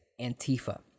Antifa